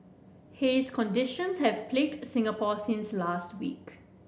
haze conditions have plagued Singapore since last week